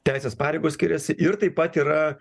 teisės pareigos skiriasi ir taip pat yra